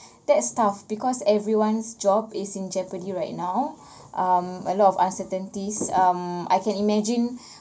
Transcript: that's tough because everyone's job is in jeopardy right now um a lot of uncertainties um I can imagine